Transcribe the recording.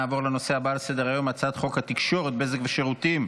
נעבור לנושא הבא על סדר-היום: הצעת חוק התקשורת (בזק ושידורים)